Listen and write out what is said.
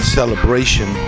celebration